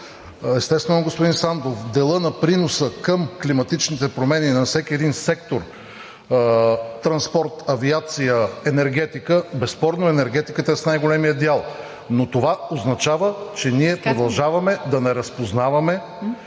естествено, господин Сандов, делът на приноса към климатичните промени на всеки един сектор – транспорт, авиация, енергетика, безспорно енергетиката е с най-големия дял. Но това означава, че ние продължаваме да не разпознаваме,